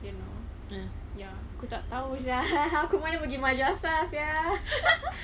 you know ya aku tak tahu sia aku mana pergi madrasah sia